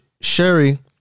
Sherry